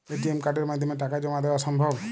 ATM কার্ডের মাধ্যমে টাকা জমা দেওয়া সম্ভব?